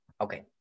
Okay